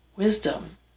Wisdom